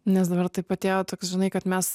nes dabar taip atėjo toks žinai kad mes